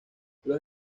los